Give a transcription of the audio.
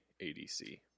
ADC